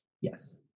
yes